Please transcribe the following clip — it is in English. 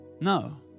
No